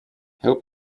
hope